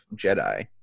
Jedi